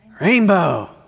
rainbow